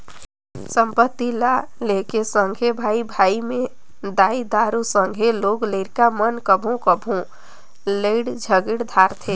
संपत्ति ल लेके सगे भाई भाई में दाई दाऊ, संघे लोग लरिका मन कभों कभों लइड़ झगेर धारथें